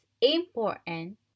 important